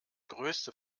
größte